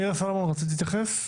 מירה סלומון, רצית להתייחס?